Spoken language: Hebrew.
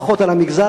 פחות על המגזר,